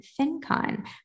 FinCon